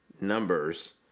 numbers